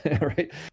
Right